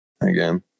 again